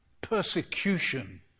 persecution